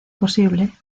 posible